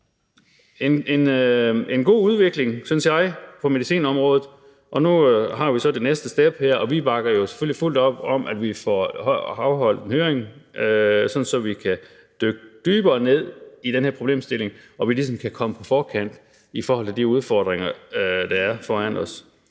en god udvikling på medicinområdet. Nu har vi så det næste step, og vi bakker selvfølgelig fuldt op om, at vi får afholdt en høring, så vi kan dykke dybere ned i den her problemstilling og kan være på forkant i forhold til de udfordringer, der ligger foran os.